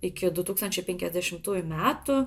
iki du tūkstančiai penkiasdešimtųjų metų